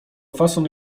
fason